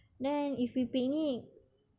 then if we picnic